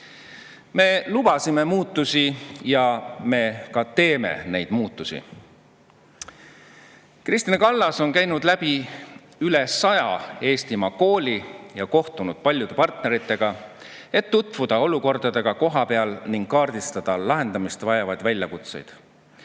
Me lubasime muudatusi ja me ka teeme neid muudatusi. Kristina Kallas on käinud rohkem kui sajas Eestimaa koolis ja kohtunud paljude partneritega, et tutvuda olukorraga kohapeal ning kaardistada lahendamist vajavaid väljakutseid.